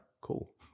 cool